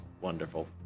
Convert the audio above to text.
wonderful